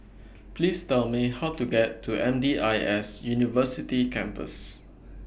Please Tell Me How to get to M D I S University Campus